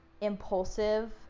impulsive